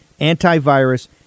antivirus